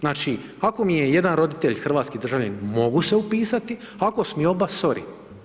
Znači ako mi je jedan roditelj hrvatski državljanin mogu se upisati a ako su mi oba, sorry.